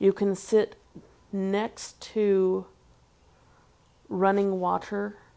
you can sit next to running water